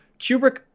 Kubrick